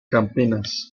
campinas